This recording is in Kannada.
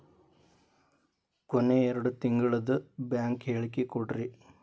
ಕೊನೆ ಎರಡು ತಿಂಗಳದು ಬ್ಯಾಂಕ್ ಹೇಳಕಿ ಕೊಡ್ರಿ